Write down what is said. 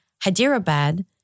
Hyderabad